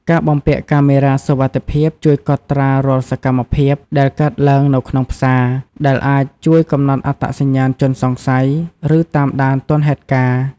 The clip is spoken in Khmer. ការបំពាក់កាមេរ៉ាសុវត្ថិភាពជួយកត់ត្រារាល់សកម្មភាពដែលកើតឡើងនៅក្នុងផ្សារ ដែលអាចជួយកំណត់អត្តសញ្ញាណជនសង្ស័យ ឬតាមដានទាន់ហេតុការណ៍។